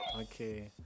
Okay